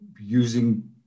using